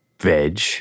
veg